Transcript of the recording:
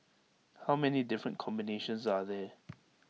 how many different combinations are there